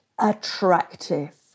attractive